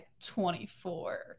24